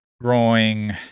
growing